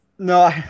No